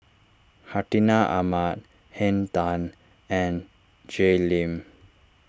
Hartinah Ahmad Henn Tan and Jay Lim